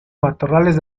matorrales